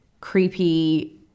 creepy